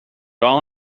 all